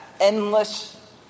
endless